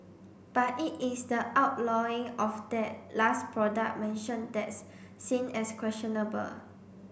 but it is the outlawing of that last product mentioned that's seen as questionable